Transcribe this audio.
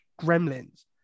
gremlins